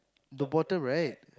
the bottom right